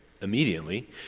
immediately